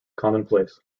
commonplace